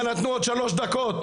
לך נתנו עוד שלוש דקות.